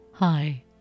Hi